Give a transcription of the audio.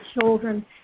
children